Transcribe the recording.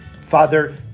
Father